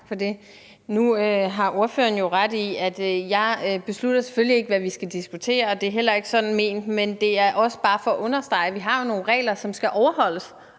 for det. Nu har ordføreren jo ret i, at jeg selvfølgelig ikke beslutter, hvad vi skal diskutere, og det er heller ikke sådan ment, men det er bare for at understrege, at vi jo har nogle regler, som skal overholdes,